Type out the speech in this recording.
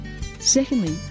Secondly